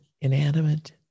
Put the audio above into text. inanimate